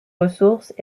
ressources